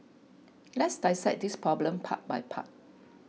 let's dissect this problem part by part